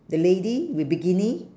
the lady with bikini